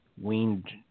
weaned